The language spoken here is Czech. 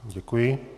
Děkuji.